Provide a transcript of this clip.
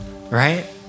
right